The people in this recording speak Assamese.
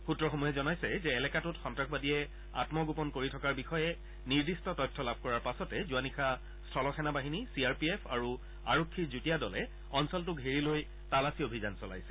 সূত্ৰসমূহে জনাইছে যে এলেকাটোত সন্ত্ৰাসবাদীয়ে আন্মগোপন কৰি থকাৰ বিষয়ে নিৰ্দিষ্ট তথ্য লাভ কৰাৰ পাছতে যোৱা নিশা স্থল সেনাবাহিনী চি আৰ পি এফ আৰু আৰক্ষীৰ যুটীয়া দলে অঞ্চলটো ঘেৰি লৈ তালাচী অভিযান চলাইছিল